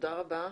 תודה רבה.